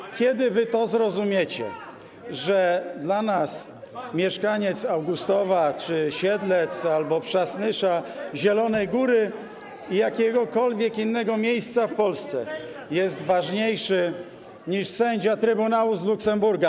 I kiedy wy to zrozumiecie, że dla nas mieszkaniec Augustowa czy Siedlec albo Przasnysza, Zielonej Góry czy jakiegokolwiek innego miejsca w Polsce jest ważniejszy niż sędzia trybunału z Luksemburga?